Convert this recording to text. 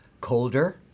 colder